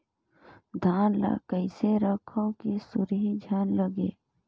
धान ल कइसे रखव कि सुरही झन लगे?